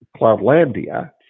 Cloudlandia